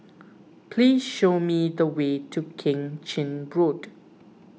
please show me the way to Keng Chin Road